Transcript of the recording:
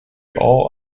all